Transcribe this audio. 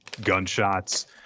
gunshots